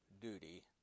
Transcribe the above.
duty